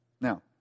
now